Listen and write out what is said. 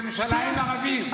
אתם שתקתם בממשלה עם ערבים.